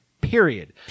Period